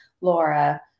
Laura